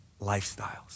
lifestyles